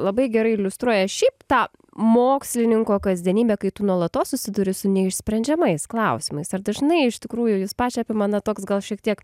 labai gerai iliustruoja šiaip tą mokslininko kasdienybę kai tu nuolatos susiduri su neišsprendžiamais klausimais ar dažnai iš tikrųjų jus pačią apima na toks gal šiek tiek